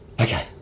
okay